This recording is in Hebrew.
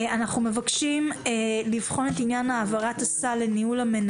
מרגע שהסמכות עברה לניהול על ידי משרד החינוך,